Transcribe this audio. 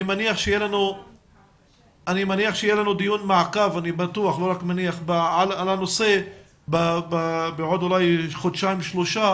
אני בטוח שיהיה לנו דיון מעקב על הנושא בעוד אולי חודשיים-שלושה.